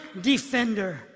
defender